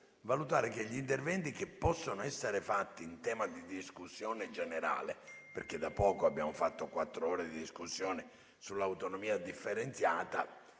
valutare che gli interventi che possono essere svolti in sede di discussione generale (ricordo infatti che da poco abbiamo fatto quattro ore di discussione sull'autonomia differenziata)